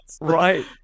right